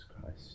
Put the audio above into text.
Christ